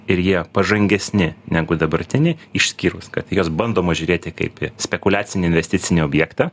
ir jie pažangesni negu dabartiniai išskyrus kad į juos bandoma žiūrėti kaip į spekuliacinį investicinį objektą